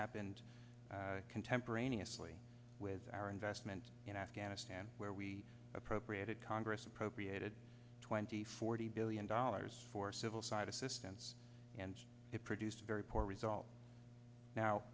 happened contemporaneously with our investment in afghanistan where we appropriated congress appropriated twenty forty billion dollars for civil side assistance and it produced very poor results now